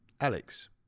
Alex